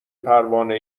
پروانه